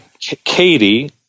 Katie